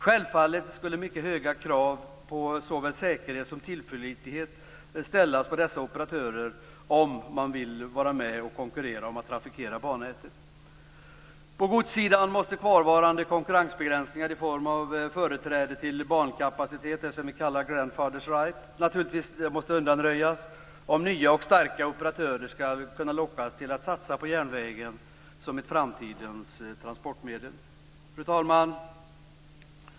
Självfallet skulle mycket höga krav på såväl säkerhet som tillförlitlighet ställas på de operatörer som vill konkurrera om att trafikera bannätet. På godssidan måste kvarvarande konkurrensbegränsningar i form av företräde till bankapacitet - det som vi kallar grandfathers right - naturligtvis undanröjas om nya och starka operatörer skall kunna lockas till att satsa på järnvägen som ett framtidens transportmedel. Fru talman!